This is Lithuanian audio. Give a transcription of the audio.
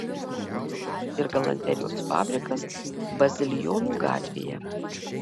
odos ir galanterijos fabrikas bazilijonų gatvėje